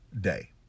day